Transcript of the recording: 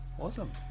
awesome